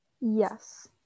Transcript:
Yes